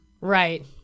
Right